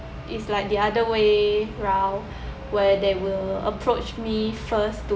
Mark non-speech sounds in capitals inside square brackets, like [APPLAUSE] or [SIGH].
it's like the other way round [BREATH] where they will approach me first to